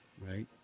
right